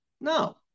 No